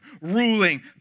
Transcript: ruling